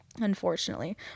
unfortunately